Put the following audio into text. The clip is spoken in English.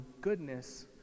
goodness